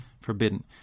forbidden